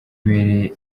bibereye